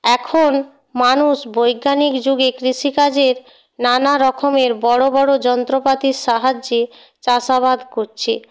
এখন মানুষ বৈজ্ঞানিক যুগে কৃষিকাজের নানারকমের বড় বড় যন্ত্রপাতির সাহায্যে চাষাবাদ করছে